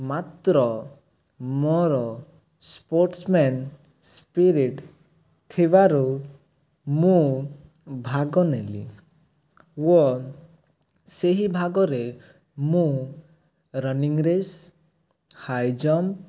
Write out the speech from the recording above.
ମାତ୍ର ମୋର sportsman spirit ଥିବାରୁ ମୁଁ ଭାଗ ନେଲି ଓ ସେହି ଭାଗରେ ମୁଁ ରନିଂ ରେସ୍ ହାଇ ଜମ୍ପ